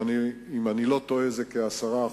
אם אני לא טועה זה כ-10%.